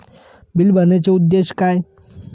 Bill भरण्याचे उद्देश काय?